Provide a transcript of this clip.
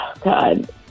God